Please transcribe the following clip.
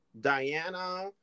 Diana